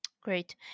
Great